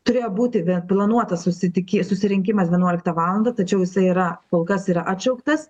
turėjo būti planuotas susitiki susirinkimas vienuoliktą valandą tačiau jisai yra kol kas yra atšauktas